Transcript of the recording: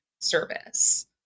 service